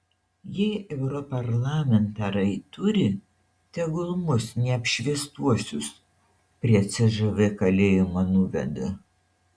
jei europarlamentarai turi tegul mus neapšviestuosius prie cžv kalėjimo nuveda